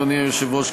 אדוני היושב-ראש,